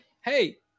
hey